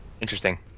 Interesting